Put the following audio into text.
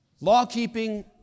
law-keeping